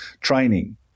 training